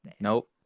nope